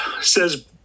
says